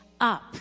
up